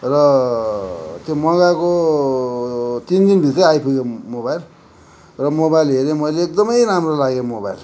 र त्यो मगाएको तिन दिनभित्र आइपुग्यो मोबाइल र मोबाइल हेरेँ मैले एकदमै राम्रो लाग्यो मोबाइल